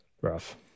rough